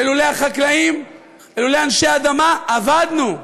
שאילולא החקלאים ואילולא אנשי האדמה, אבדנו.